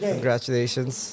Congratulations